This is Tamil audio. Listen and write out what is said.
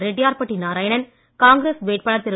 ரெட்டியார்பட்டி நாராயணன் காங்கிரஸ் வேட்பாளர் திரு